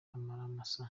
amaramasa